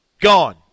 Gone